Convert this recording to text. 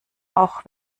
auch